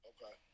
Okay